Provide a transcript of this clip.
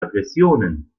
aggressionen